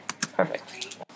Perfect